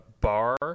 bar